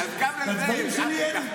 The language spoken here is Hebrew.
לדברים שלי אין,